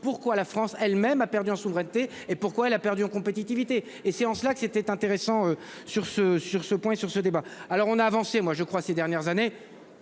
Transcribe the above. pourquoi la France elle même a perdu en souveraineté et pourquoi elle a perdu en compétitivité et c'est en cela que c'était intéressant sur ce sur ce point sur ce débat. Alors on a avancé. Moi je crois ces dernières années.